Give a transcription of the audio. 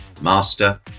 Master